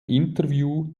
interview